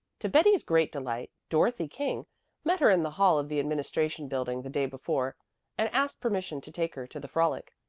to betty's great delight dorothy king met her in the hall of the administration building the day before and asked permission to take her to the frolic.